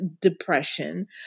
depression